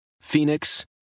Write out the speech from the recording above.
Phoenix